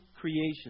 creation